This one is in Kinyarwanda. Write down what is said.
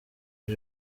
iri